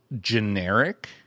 generic